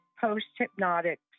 post-hypnotic